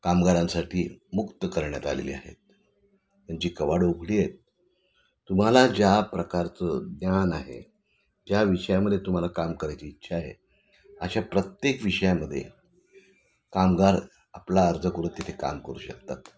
कामगारांसाठी मुक्त करण्यात आलेली आहेत त्यांची कवाड उघडी आहेत तुम्हाला ज्या प्रकारचं ज्ञान आहे ज्या विषयामध्ये तुम्हाला काम करायची इच्छा आहे अशा प्रत्येक विषयामध्ये कामगार आपला अर्ज करून तिथे काम करू शकतात